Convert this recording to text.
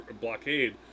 blockade